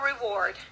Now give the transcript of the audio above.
reward